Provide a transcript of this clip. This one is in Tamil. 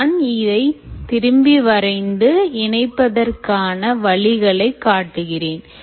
நான் இதை திரும்ப வரைந்து இணைப்பதற்கான வழிகளை காட்டுகிறேன்